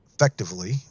Effectively